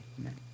amen